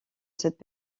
cette